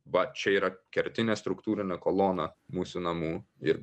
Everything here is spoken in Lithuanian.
va čia yra kertinė struktūrinė kolona mūsų namų ir